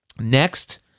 Next